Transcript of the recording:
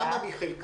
כמה מחלקם?